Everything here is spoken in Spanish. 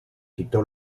quitó